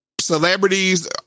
celebrities